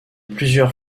plusieurs